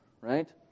right